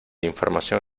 información